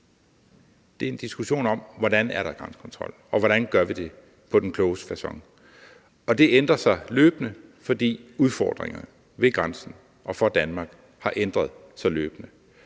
Det er en diskussion om, hvordan der er grænsekontrol, og hvordan vi gør det på den klogeste facon. Det ændrer sig løbende, fordi udfordringerne ved grænsen og for Danmark ændrer sig løbende.